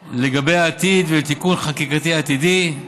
וכו', לגבי העתיד ולתיקון חקיקתי עתידי,